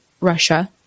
Russia